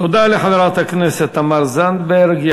תודה לחברת הכנסת תמר זנדברג.